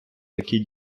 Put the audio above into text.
такі